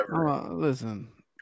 listen